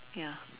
ya